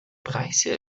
preise